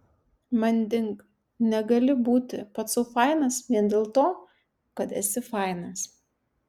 manding negali būti pats sau fainas vien dėl to kad esi fainas